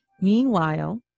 Meanwhile